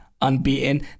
unbeaten